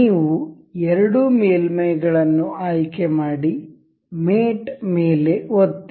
ನೀವು ಎರಡು ಮೇಲ್ಮೈಗಳನ್ನು ಆಯ್ಕೆ ಮಾಡಿ ಮೇಟ್ ಮೇಲೆ ಒತ್ತಿ